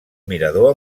mirador